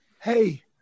Hey